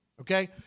Okay